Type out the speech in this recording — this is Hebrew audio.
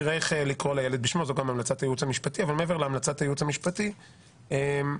אז יש לי את המלצת יושב-ראש ועדת הכלכלה גם.